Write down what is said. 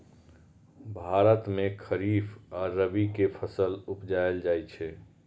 भारत मे खरीफ आ रबी के फसल उपजाएल जाइ छै